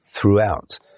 throughout